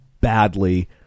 badly